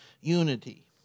unity